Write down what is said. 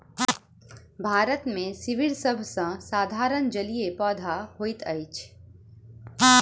भारत मे सीवर सभ सॅ साधारण जलीय पौधा होइत अछि